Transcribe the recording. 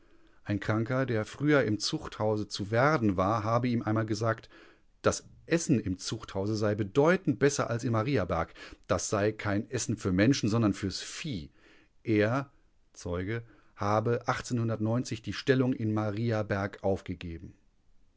ein kranker der früher im zuchthause zu werden war habe ihm einmal gesagt das essen im zuchthause sei bedeutend besser als in mariaberg das sei kein essen für menschen sondern fürs vieh er zeuge habe die stellung in mariaberg aufgegeben